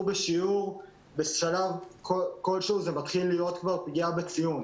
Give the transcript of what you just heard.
בשיעור בשלב כלשהו זה מתחיל להיות פגיעה בציון.